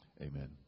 amen